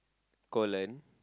Coolen